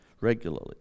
regularly